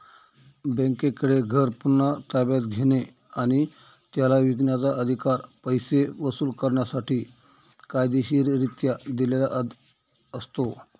बँकेकडे घर पुन्हा ताब्यात घेणे आणि त्याला विकण्याचा, अधिकार पैसे वसूल करण्यासाठी कायदेशीररित्या दिलेला असतो